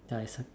ya I start